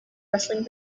rustling